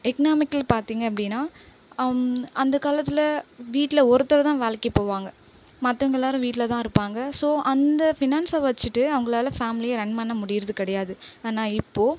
economical பார்த்திங்க அப்படினா அந்த காலத்தில் வீட்டில ஒருத்தர் தான் வேலைக்கு போவாங்கள் மத்தவங்கள் எல்லாரும் வீட்டில தான் இருப்பாங்கள் ஸோ அந்த ஃபினான்ஸை வச்சுட்டு அவங்களால ஃபேம்லியை ரன் பண்ண முடிகிறது கிடையாது ஆனால் இப்போது